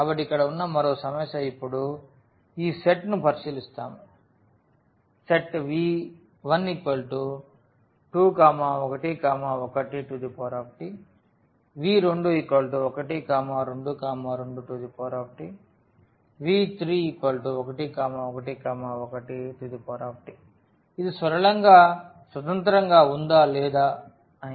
కాబట్టి ఇక్కడ ఉన్న మరో సమస్య ఇప్పుడు ఈ సెట్ను పరిశీలిస్తాము v1211Tv2122Tv3111t ఇది సరళంగా స్వతంత్రంగా ఉందా లేదా అని